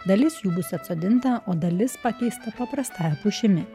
dalis jų bus atsodinta o dalis pakeista paprastąja pušimi